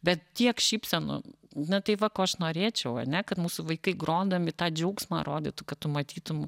bet tiek šypsenų na tai va ko aš norėčiau ane kad mūsų vaikai grodami tą džiaugsmą rodytų kad tu matytum